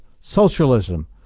socialism